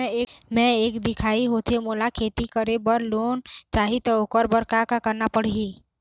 मैं एक दिखाही होथे मोला खेती बर लोन चाही त ओकर बर का का करना पड़ही?